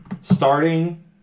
Starting